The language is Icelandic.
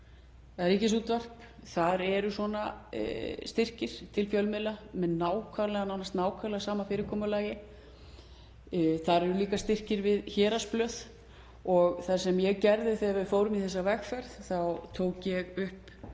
Þar er ríkisútvarp. Þar eru svona styrkir til fjölmiðla með nánast nákvæmlega sama fyrirkomulagi. Þar eru líka styrkir við héraðsblöð. Það sem ég gerði, þegar við fórum í þessa vegferð, var að taka upp þetta